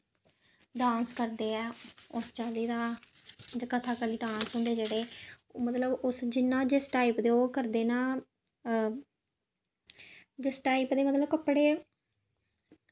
dance करदे ऐ उस चाल्ली दा जे कथाकली डांस होंदे जेह्ड़े ओह् मतलब ओह् जिस जियां जिस टाईप दे ओह् करदे न जिस टाईप दे मतलब कपड़े